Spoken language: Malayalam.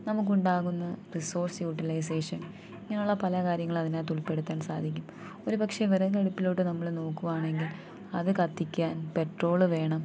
നമുക്കുണ്ടാകുന്ന റിസോഴ്സ് യൂട്ടിലൈസേഷൻ ഇങ്ങനെയുള്ള പല കാര്യങ്ങളതിനകത്ത് ഉൾപ്പെടുത്താൻ സാധിക്കും ഒരു പക്ഷേ വിറകടുപ്പിലോട്ട് നമ്മൾ നോക്കുകയാണെങ്കിൽ അതു കത്തിക്കാൻ പെട്രോൾ വേണം